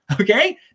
Okay